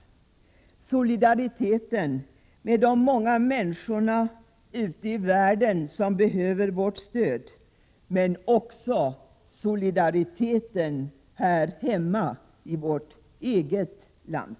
Det gäller då solidariteten med de många människor ute i världen som behöver vårt stöd och också solidariteten med människor här hemma i vårt eget land.